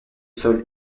sol